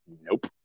nope